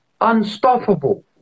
unstoppable